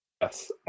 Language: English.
Yes